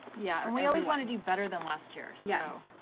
yeah and we always wanna do better than last year. yeah